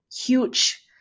huge